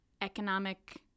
economic